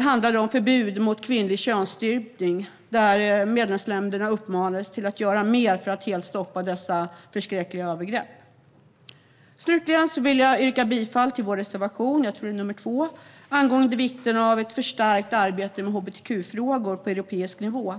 handlade om förbud mot kvinnlig könsstympning, där medlemsländerna uppmanades att göra mer för att helt stoppa dessa förskräckliga övergrepp. Jag vill yrka bifall till vår reservation nr 2 angående vikten av ett förstärkt arbete med hbtq-frågor på europeisk nivå.